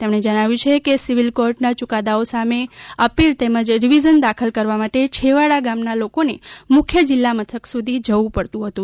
તેમણે જણાવ્યું છે કે સિવિલ કોર્ટ ના યુકાદાઓ સામે અપીલ તેમજ રીવીઝન દાખલ કરવા માટે છેવાડા ગામના લોકોને મુખ્ય જિલ્લા મથક સુધી જવું પડતું હતું